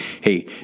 hey